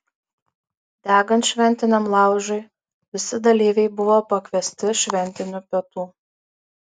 degant šventiniam laužui visi dalyviai buvo pakviesti šventinių pietų